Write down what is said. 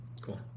Cool